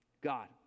God